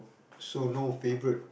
so no favourite